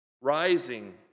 Rising